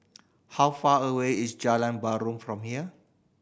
how far away is Jalan Basong from here